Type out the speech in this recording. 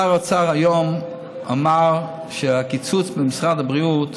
שר האוצר היום אמר שהקיצוץ במשרד הבריאות